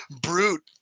brute